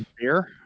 Beer